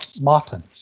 Martin